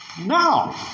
now